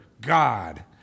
God